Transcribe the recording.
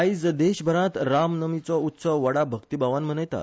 आज देशभरांत रामनमीचो उत्सव व्हडा भक्तीभावान मनयतात